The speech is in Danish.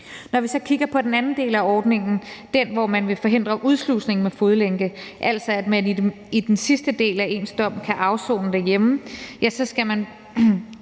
Når vi så kigger på den anden del af ordningen, der handler om, at man vil forhindre udslusning med fodlænke, altså at man i den sidste del af ens dom kan afsone derhjemme, så man kan